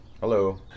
hello